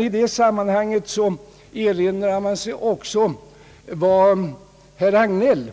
I det sammanhanget erinrar jag mig emellertid också vad herr Hagnell